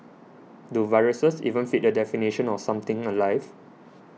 do viruses even fit the definition of something alive